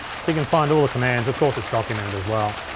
so you can find all the commands. of course it's documented as well.